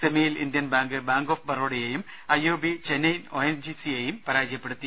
സെമിയിൽ Indian bank bank of ബറോഡയെയും I O B Chennai O N G സിയെയും പരാജയപ്പെടുത്തി